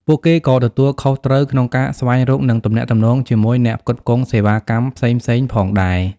ពួកគេក៏ទទួលខុសត្រូវក្នុងការស្វែងរក និងទំនាក់ទំនងជាមួយអ្នកផ្គត់ផ្គង់សេវាកម្មផ្សេងៗផងដែរ។